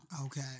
Okay